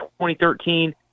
2013